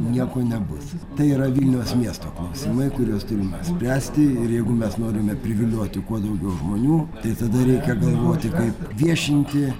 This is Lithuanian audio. nieko nebus tai yra vilniaus miesto klausimai kuriuos turim spręsti ir jeigu mes norime privilioti kuo daugiau žmonių tai tada reikia galvoti kaip viešinti